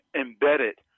embedded